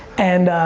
and